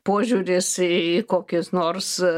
požiūris į kokius nors